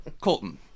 Colton